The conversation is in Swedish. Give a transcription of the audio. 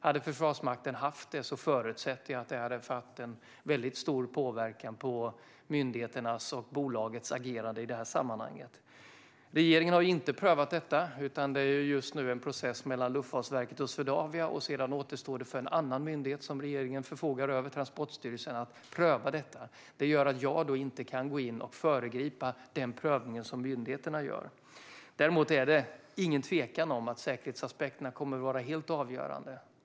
Hade Försvarsmakten haft det förutsätter jag att det hade fått en väldigt stor påverkan på myndigheternas och bolagets agerande i detta sammanhang. Regeringen har inte prövat detta, utan det är just nu en process mellan Luftfartsverket och Swedavia. Sedan återstår det för en annan myndighet som regeringen förfogar över - Transportstyrelsen - att pröva detta. Jag kan inte föregripa den prövning som myndigheterna gör. Däremot är det ingen tvekan om att säkerhetsaspekterna kommer att vara helt avgörande.